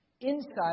Inside